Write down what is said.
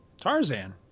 Tarzan